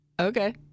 Okay